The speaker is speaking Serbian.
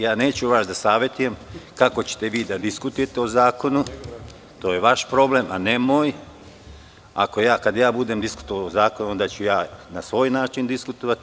Ja neću vas da savetujem kako ćete vi da diskutujete o zakonu, to je vaš problem, a ne moj, a kada ja budem diskutovao o zakonu onda ću ja na svoj način diskutovati.